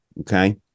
okay